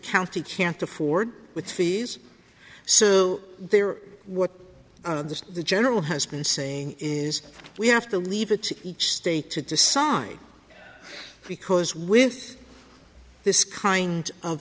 county can't afford with fees so they are what the general has been saying is we have to leave it to each state to decide because with this kind of